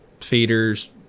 feeders